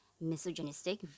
misogynistic